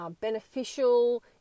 beneficial